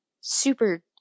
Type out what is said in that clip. super